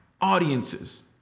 audiences